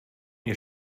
mir